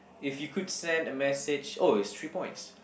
if you could send a message oh it's three points